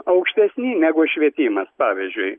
aukštesni negu švietimas pavyzdžiui